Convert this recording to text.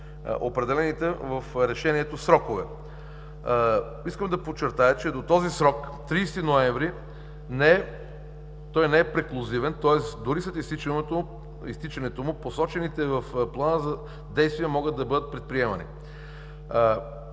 определените в Решението срокове. Искам да подчертая, че до този срок – 30 ноември той не е преклузивен, тоест дори след изтичането му посочените в плана за действие могат да бъдат предприемани.